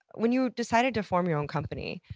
when you decided to form your own company,